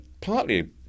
partly